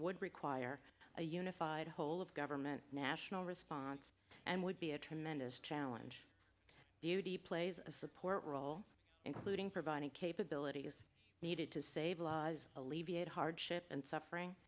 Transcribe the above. would require a unified i had a whole of government national response and would be a tremendous challenge beauty plays a support role including providing capability is needed to save lives alleviate hardship and suffering